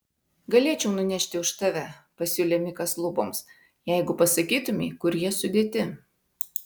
galėčiau nunešti už tave pasiūlė mikas luboms jeigu pasakytumei kur jie sudėti